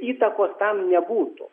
įtakos tam nebūtų